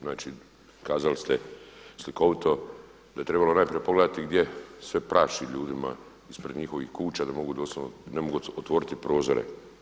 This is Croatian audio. Znači kazali ste slikovito, da je trebalo najprije pogledati gdje se praši ljudima ispred njihovih kuća da ne mogu doslovno, da ne mogu otvoriti prozore.